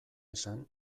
esan